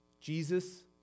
Jesus